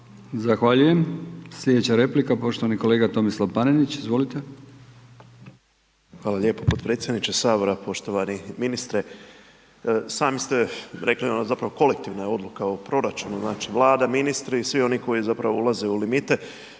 na odgovoru. Sljedeća replika poštovani kolega Tomislav Panenić. Izvolite. **Panenić, Tomislav (Nezavisni)** Hvala lijepo potpredsjedniče Sabora. Poštovani ministre. Sami ste rekli, zapravo kolektivna je odluka o proračunu znači vlada, ministri svi oni koji ulaze u limite,